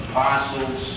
Apostles